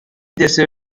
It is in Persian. دسر